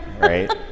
Right